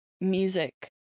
music